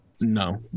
No